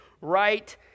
right